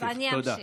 אז אני אמשיך.